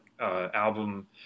album